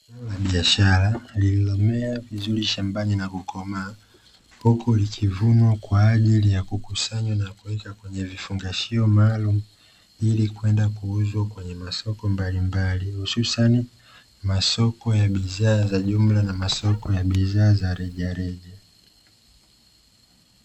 Biashara lililomea vizuri shambani na kukomaa huku likivunwa kwa ajili ya kukusanywa na kuweka kwenye vifungashio maalumu, ili kwenda kuuzwa kwenye masoko mbalimbali, hususani masoko ya bidhaa za jumla na masoko ya bidhaa za rejareja.